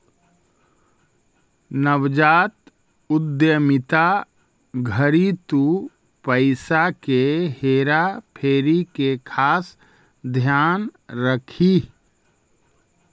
नवजात उद्यमिता घड़ी तु पईसा के हेरा फेरी के खास ध्यान रखीह